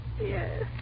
Yes